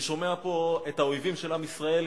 אני שומע פה את האויבים של עם ישראל,